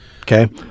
Okay